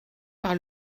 par